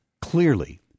clearly